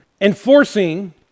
enforcing